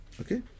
Okay